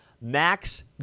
Max